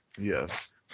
Yes